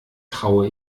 traue